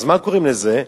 אז איך קוראים לזה?